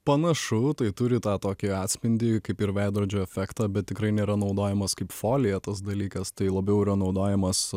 panašu tai turi tą tokį atspindį kaip ir veidrodžio efektą bet tikrai nėra naudojamas kaip folija tas dalykas tai labiau yra naudojamas